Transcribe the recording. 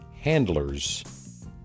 handler's